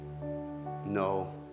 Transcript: no